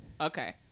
Okay